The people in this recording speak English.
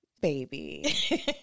baby